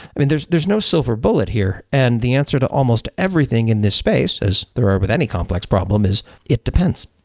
i mean, there's there's no silver bullet here, and the answer to almost everything in this space as there are with any complex problem is it depends.